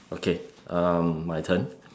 okay um my turn